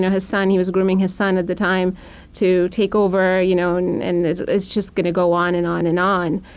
yeah his son, he was grooming his son at the time to take over. you know and and it's just going to go on and on, and on.